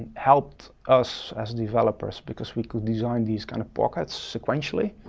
helped us as developers because we could design these kind of pockets sequentially,